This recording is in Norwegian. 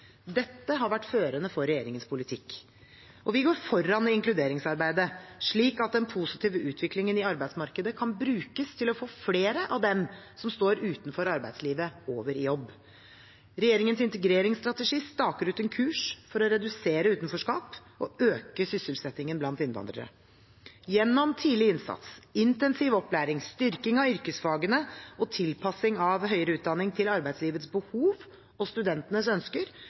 Dette har vært førende for regjeringens politikk. Vi går foran i inkluderingsarbeidet, slik at den positive utviklingen i arbeidsmarkedet kan brukes til å få flere av dem som står utenfor arbeidslivet, over i jobb. Regjeringens integreringsstrategi staker ut en kurs for å redusere utenforskap og øke sysselsettingen blant innvandrere. Gjennom tidlig innsats, intensiv opplæring, styrking av yrkesfagene og tilpassing av høyere utdanning til arbeidslivets behov og studentenes ønsker